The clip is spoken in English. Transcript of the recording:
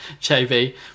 JV